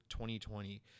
2020